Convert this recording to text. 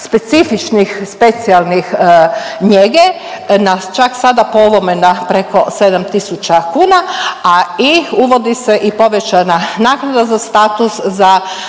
specifičnih, specijalnih njege na čak sada po ovome preko 7000 kuna a i uvodi se i povećana naknada za status za